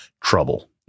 Trouble